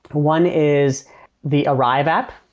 one is the arrive app.